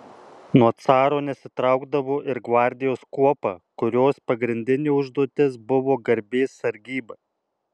nuo caro nesitraukdavo ir gvardijos kuopa kurios pagrindinė užduotis buvo garbės sargyba